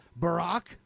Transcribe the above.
Barack